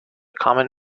common